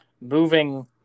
Moving